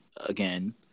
again